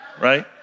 Right